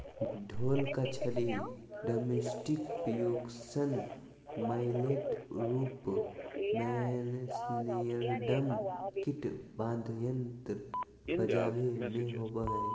ढोल का छड़ी ड्रमस्टिकपर्क्यूशन मैलेट रूप मेस्नेयरड्रम किट वाद्ययंत्र बजाबे मे होबो हइ